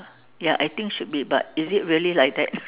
ya I think should be but is it really like that